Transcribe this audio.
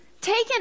taken